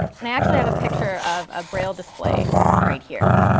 and i actually have a picture of a braille display right here.